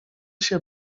się